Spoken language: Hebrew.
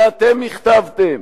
שאתם הכתבתם,